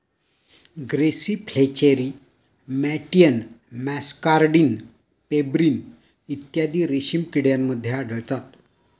grasserie flacherie मॅटियन muscardine pebrine इत्यादी रेशीम किड्यांमध्ये आढळतात